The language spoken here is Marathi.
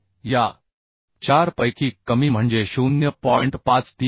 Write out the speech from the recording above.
तर या 4 पैकी कमी म्हणजे 0